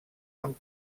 amb